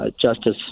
Justice